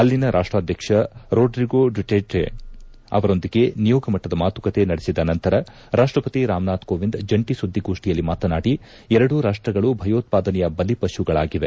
ಅಲ್ಲಿನ ರಾಷ್ಪಾಧ್ಯಕ್ಷ Rodrigo Duterte ಅವರೊಂದಿಗೆ ನಿಯೋಗ ಮಟ್ಟದ ಮಾತುಕತೆ ನಡೆಸಿದ ನಂತರ ರಾಷ್ಪಪತಿ ರಾಮನಾಥ್ ಕೋವಿಂದ್ ಜಂಟಿ ಸುದ್ಲಿಗೋಷ್ನಿಯಲ್ಲಿ ಮಾತನಾಡಿ ಎರಡೂ ರಾಷ್ಲಗಳು ಭಯೋತ್ವಾದನೆಯ ಬಲಿಪಶುಗಳಾಗಿವೆ